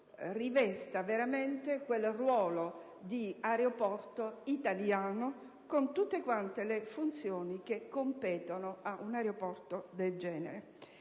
rivesta veramente quel ruolo di aeroporto italiano, con tutte le funzioni che competono ad un aeroporto di